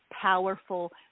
powerful